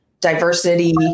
Diversity